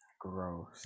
Gross